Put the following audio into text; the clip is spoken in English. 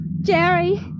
Jerry